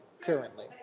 currently